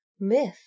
myth